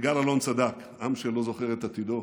יגאל אלון צדק: עם שלא זוכר את עברו,